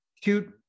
cute